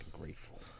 grateful